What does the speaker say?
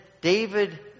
David